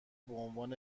بعنوان